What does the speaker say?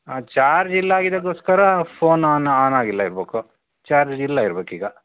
charge ಇಲ್ಲ ಆಗಿದ್ದಕ್ಕೋಸ್ಕರ phone on on ಆಗಿಲ್ಲ ಇರಬೇಕು ಚಾರ್ಜ್ ಇಲ್ಲ ಇರಬೇಕೀಗ